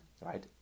right